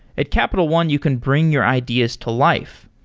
at capital one, you can bring your ideas to life.